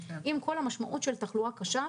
עם כל המשמעות של תחלואה קשה,